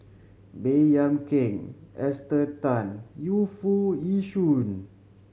Baey Yam Keng Esther Tan Yu Foo Yee Shoon